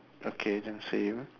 okay then same